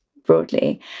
broadly